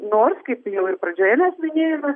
nors kaip jau ir pradžioje mes minėjome